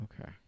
Okay